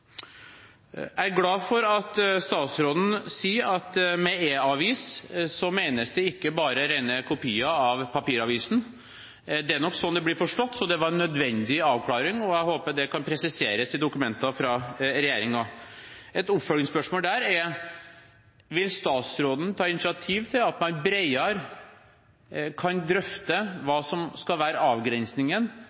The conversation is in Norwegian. Jeg er glad for at statsråden sier at med e-avis menes det ikke bare rene kopier av papiravisen. Det er nok sånn det blir forstått, så det var en nødvendig avklaring, og jeg håper det kan presiseres i dokumenter fra regjeringen. Et oppfølgingsspørsmål der er: Vil statsråden ta initiativ til at man bredere kan drøfte hva som skal være avgrensningen